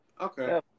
Okay